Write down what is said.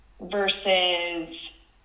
versus